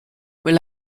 were